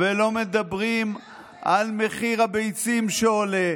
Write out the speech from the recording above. ולא מדברים על מחיר הביצים שעולה.